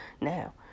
Now